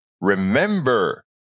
remember